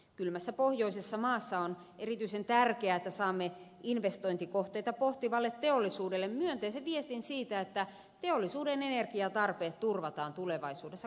kylmässä pohjoisessa maassa on erityisen tärkeää että saamme investointikohteita pohtivalle teollisuudelle myönteisen viestin siitä että teollisuuden energiatarpeet turvataan tulevaisuudessa kohtuuhintaan